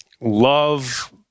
love